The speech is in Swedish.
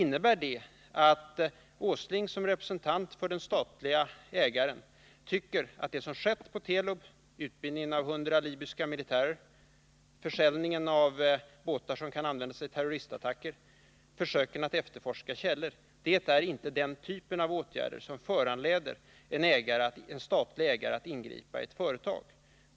Innebär det att Nils Åsling som representant för den statliga ägaren anser att det som har skett på Telub — utbildningen av 100 libyska militärer, försäljningen av båtar som kan användas vid terroristattacker, försöken att efterforska källor — inte är den typ av åtgärder som föranleder en statlig ägare att ingripa i ett företag?